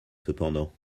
cependant